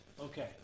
Okay